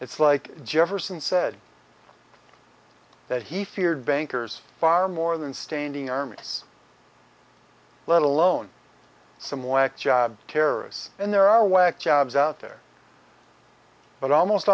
it's like jefferson said that he feared bankers far more than standing armies let alone some whack job terrorists and there are whack jobs out there but almost